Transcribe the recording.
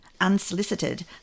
unsolicited